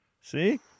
See